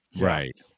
Right